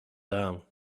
town